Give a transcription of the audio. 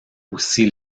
aussi